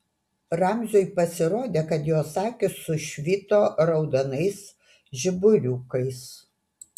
ramziui pasirodė kad jos akys sušvito raudonais žiburiukais